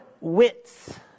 wits